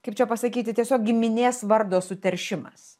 kaip čia pasakyti tiesiog giminės vardo suteršimas